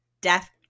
death